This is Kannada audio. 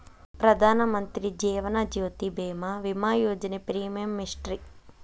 ಪ್ರಧಾನ ಮಂತ್ರಿ ಜೇವನ ಜ್ಯೋತಿ ಭೇಮಾ, ವಿಮಾ ಯೋಜನೆ ಪ್ರೇಮಿಯಂ ಎಷ್ಟ್ರಿ?